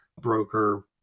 broker